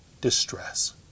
distress